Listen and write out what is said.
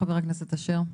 חבר הכנסת אשר.